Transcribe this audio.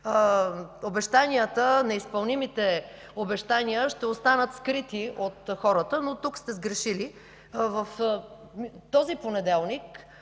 някак си неизпълнимите обещания ще останат скрити от хората, но тук сте сгрешили. В този понеделник